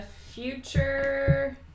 Future